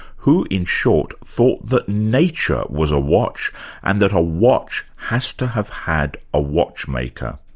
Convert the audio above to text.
who in short, thought that nature was a watch and that a watch has to have had a watchmaker.